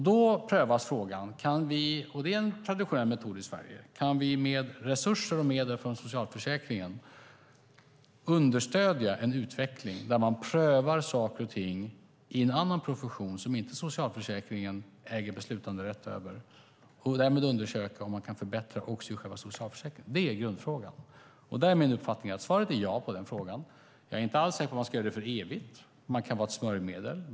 Då prövas frågan, och det är en traditionell metod i Sverige: Kan vi med resurser och medel från socialförsäkringen understödja en utveckling där man prövar saker och ting i en annan profession som inte socialförsäkringen äger beslutanderätt över, för att därmed undersöka om man kan förbättra själva socialförsäkringen? Det är grundfrågan. Det är min uppfattning att svaret på den frågan är ja. Jag är inte alls säker på att man ska göra det för evigt. Det kan vara ett smörjmedel.